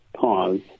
pause